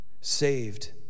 saved